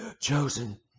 chosen